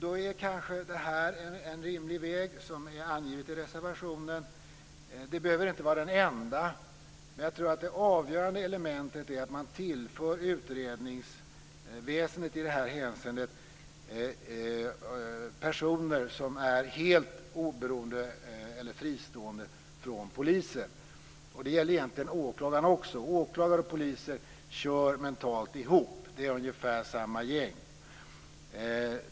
Då är kanske det som är angivet i reservationen en rimlig väg. Det behöver inte vara den enda vägen. Jag tror att det avgörande elementet är att man i det här hänseendet tillför utredningsväsendet personer som är helt oberoende eller fristående från polisen. Det gäller egentligen åklagare också. Åklagare och poliser kör mentalt ihop. Det är ungefär samma gäng.